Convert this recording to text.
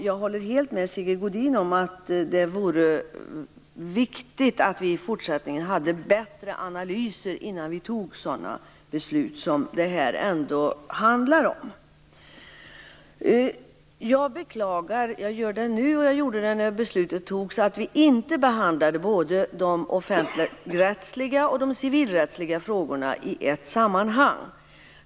Jag håller helt med Sigge Godin om att det är viktigt att det i fortsättningen görs bättre analyser innan man fattar den här typen av beslut. Jag beklagar nu och jag beklagade när beslutet fattades att vi inte behandlade både de offentligrättsliga och de civilrättsliga frågorna i ett sammanhang.